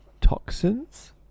toxins